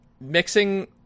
Mixing